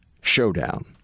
showdown